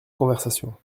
conversation